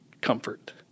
comfort